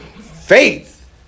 Faith